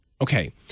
okay